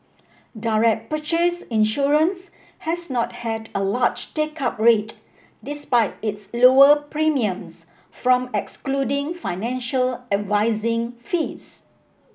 direct purchase insurance has not had a large take up rate despite its lower premiums from excluding financial advising fees